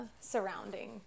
surrounding